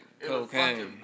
Cocaine